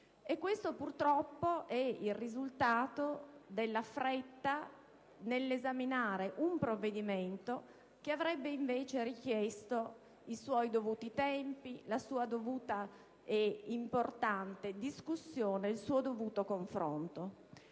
E questo purtroppo è il risultato della fretta nell'esaminare un provvedimento che avrebbe invece richiesto i suoi dovuti tempi, la sua dovuta e importante discussione e il suo dovuto confronto.